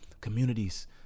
communities